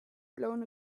blown